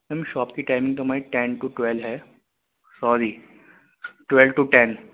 میم shop کی timing تو ہماری ٹین ٹو ٹویلو ہے سوری ٹویلو ٹو ٹین